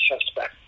suspect